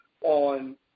on